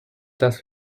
dass